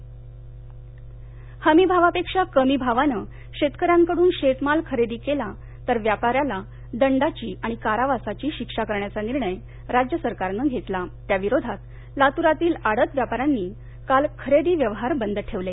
व्यापारी बंद हमी भावा पेक्षा कमी भावाने शेतकऱ्यांकडून शेती माल खरेदी केला तर व्यापाऱ्याला दंडाची आणि कारावासाची शिक्षा करण्याचा निर्णय राज्य सरकारने घेतला त्या विरोधात लातूरातील आडत व्यापाऱ्यानी काल खरेदी व्यवहार बंद ठेवले